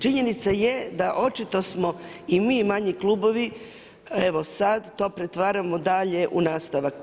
Činjenica je da očito smo i mi manji klubovi, evo sad, to pretvaramo dalje u nastavak.